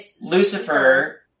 Lucifer